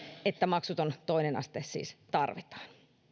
että maksuton toinen aste tarvitaan